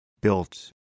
built